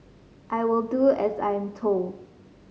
I will do as I'm told